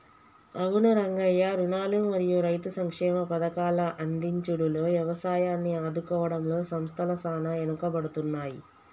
అవును రంగయ్య రుణాలు మరియు రైతు సంక్షేమ పథకాల అందించుడులో యవసాయాన్ని ఆదుకోవడంలో సంస్థల సాన ఎనుకబడుతున్నాయి